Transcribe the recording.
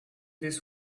this